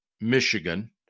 Michigan